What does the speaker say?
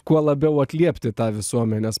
kuo labiau atliepti tą visuomenės